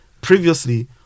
previously